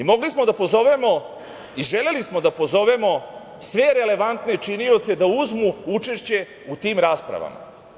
Mogli smo da pozovemo i želeli smo da pozovemo sve relevantne činioce da uzmu učešće u tim raspravama.